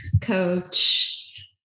coach